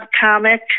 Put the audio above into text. comic